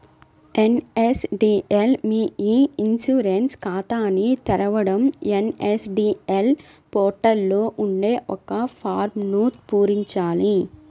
NSDL మీ e insurance ఖాతాని తెరవడం ఎన్.ఎస్.డి.ఎల్ పోర్టల్ లో ఉండే ఒక ఫారమ్ను పూరించాలి